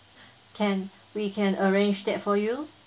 can we can arrange that for you